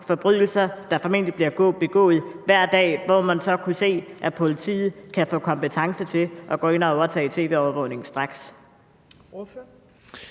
forbrydelser, der formentlig bliver begået hver dag, der vil kunne give adgang til, at politiet vil kunne få kompetence til at gå ind og overtage tv-overvågningen straks?